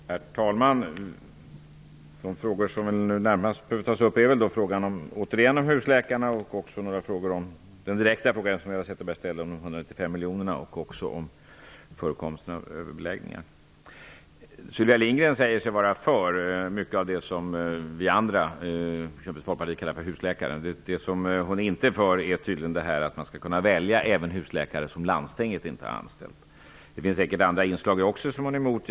Herr talman! Bland de frågor som närmast behöver tas upp finns väl, återigen, frågan om husläkarna och också några frågor om de 195 miljonerna och om förekomsten av överbeläggningar. Sylvia Lindgren säger sig i mångt och mycket vara för det som andra, exempelvis vi i Folkpartiet, kallar för husläkare. Det som hon inte är för är tydligen det här med att man skall kunna välja även husläkare som landstinget inte har anställt. Det finns säkert också andra inslag som Sylvia Lindgren är emot.